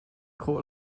khawh